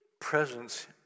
Presence